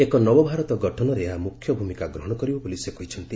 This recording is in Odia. ଏକ ନବଭାରତ ଗଠନରେ ଏହା ମୁଖ୍ୟ ଭୂମିକା ଗ୍ରହଣ କରିବ ବୋଲି ସେ କହିଛନ୍ତି